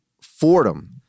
Fordham